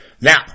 Now